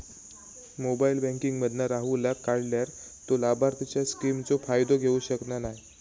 mobile banking मधना राहूलका काढल्यार तो लाभार्थींच्या स्किमचो फायदो घेऊ शकना नाय